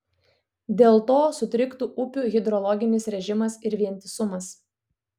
dėl to sutriktų upių hidrologinis režimas ir vientisumas